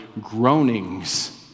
groanings